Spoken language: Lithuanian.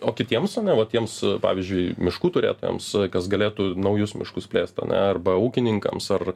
o kitiems ane va tiems pavyzdžiui miškų turėtojams kas galėtų naujus miškus plėst ane arba ūkininkams ar